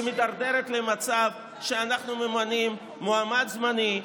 היא מידרדרת למצב שאנחנו ממנים מועמד זמני,